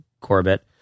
Corbett